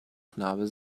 schnabel